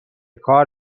کار